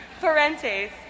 Parentes